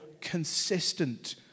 consistent